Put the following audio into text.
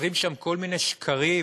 מפזרים שם כל מיני שקרים